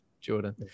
Jordan